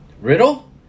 Riddle